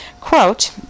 Quote